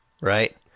right